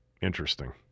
Interesting